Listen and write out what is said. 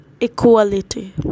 Equality